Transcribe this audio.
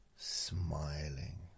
...smiling